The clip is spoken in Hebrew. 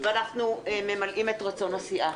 ואנחנו ממלאים את רצון הסיעה.